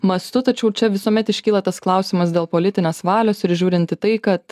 mastu tačiau čia visuomet iškyla tas klausimas dėl politinės valios ir žiūrint į tai kad